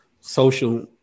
social